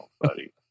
buddy